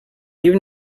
even